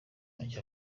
make